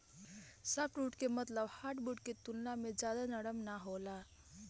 softwood के मतलब hardwood के तुलना में ज्यादा नरम ना होला